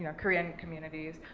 and korean communities.